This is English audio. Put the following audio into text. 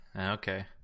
Okay